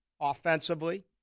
offensively